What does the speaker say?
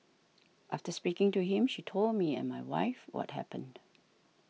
after speaking to him she told me and my wife what happened